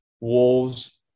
Wolves